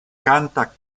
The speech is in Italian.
canta